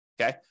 Okay